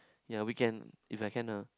ya weekend if I can ah